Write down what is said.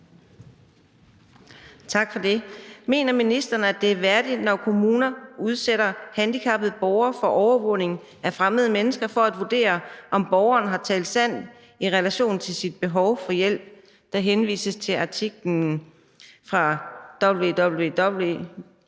Tak for det. Mener ministeren, at det er værdigt, når kommuner udsætter handicappede borgere for overvågning af fremmede mennesker for at vurdere, om borgeren har talt sandt i relation til sit behov for hjælp? Der henvises til artiklen »Gymnasieelev